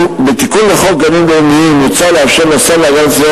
בתיקון לחוק גנים לאומיים מוצע לאפשר לשר להגנת הסביבה